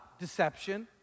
Deception